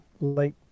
late